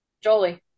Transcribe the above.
Jolie